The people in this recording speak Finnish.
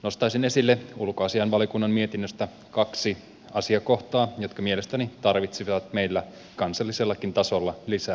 nostaisin esille ulkoasiainvaliokunnan mietinnöstä kaksi asiakohtaa jotka mielestäni tarvitsisivat meillä kansallisellakin tasolla lisää keskustelua